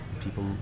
people